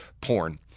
porn